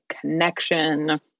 Connection